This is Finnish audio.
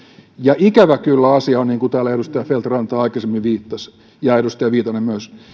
ja ikävä kyllä asia on niin niin kuin täällä edustaja feldt ranta aikaisemmin viittasi ja edustaja viitanen myös